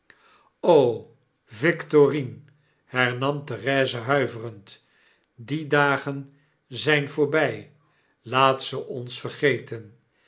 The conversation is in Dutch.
victorine hernam therese huiverend die dagen zijn voorbij laat ze ons vergeten